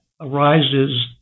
arises